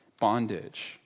bondage